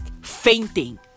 fainting